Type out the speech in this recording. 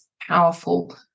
powerful